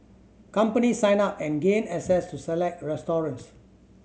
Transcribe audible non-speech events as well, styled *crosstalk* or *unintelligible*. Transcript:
companies sign up and gain access to select *unintelligible*